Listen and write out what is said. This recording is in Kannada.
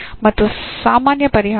ಮತ್ತು ಸಾಮಾನ್ಯ ಪರಿಹಾರ